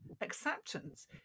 acceptance